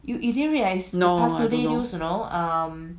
no no